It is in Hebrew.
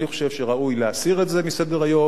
אני חושב שראוי להסיר את זה מסדר-היום,